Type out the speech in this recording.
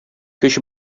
көч